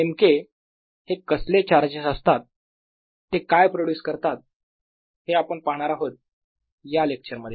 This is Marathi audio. नेमके हे कसले चार्जेस असतात ते काय प्रोड्युस करतात हे आपण पाहणार आहोत या लेक्चर मध्ये